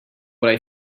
what